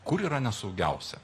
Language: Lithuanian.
kur yra nesaugiausia